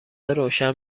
روشن